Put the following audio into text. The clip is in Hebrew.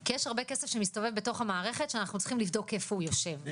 כי יש הרבה כסף שמסתובב בתוך המערכת שאנחנו צריכים לבדוק איפה הוא יושב,